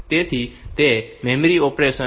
તેથી તે memory operation છે